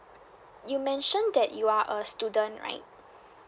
you mention that you are a student right